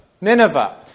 Nineveh